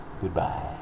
Goodbye